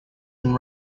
and